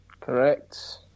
Correct